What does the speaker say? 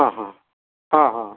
ହଁ ହଁ ହଁ ହଁ